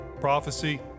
prophecy